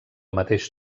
mateix